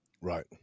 right